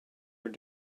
were